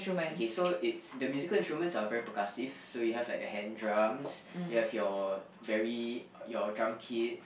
okay so it's the musical instruments are very percussive so you have like the hand drums you have your very your drum kit